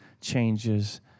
changes